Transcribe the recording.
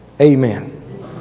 Amen